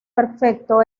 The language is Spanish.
perfecto